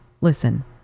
listen